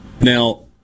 Now